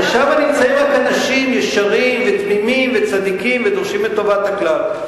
הרי נמצאים שם רק אנשים ישרים ותמימים וצדיקים ודורשים את טובת הכלל.